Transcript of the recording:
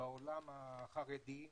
בעולם החרדי,